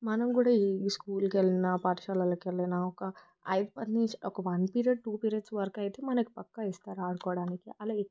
మనం కూడా ఈ స్కూల్కి వెళ్ళిన పాఠశాలలకు వెళ్ళినా ఒక ఒక వన్ పీరియడ్ టు పీరియడ్స్ వరకు అయితే మనకు పక్క ఇస్తారు ఆడుకోవడానికి అలా